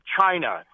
China –